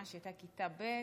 כשהייתה בכיתה ב',